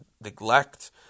neglect